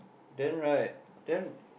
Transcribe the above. then right then